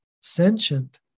sentient